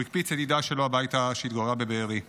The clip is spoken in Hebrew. הקפיץ ידידה שלו שהתגוררה בבארי הביתה.